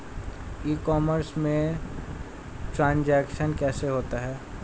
ई commerce में transaction कैसे होता है?